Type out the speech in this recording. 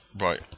right